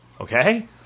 Okay